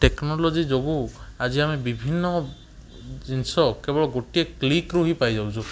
technology ଯୋଗୁଁ ଆଜି ଆମେ ବିଭିନ୍ନ ଜିନିଷ କେବଳ ଗୋଟିଏ କ୍ଲିକରୁ ହିଁ ପାଇଯାଉଛୁ